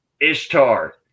Ishtar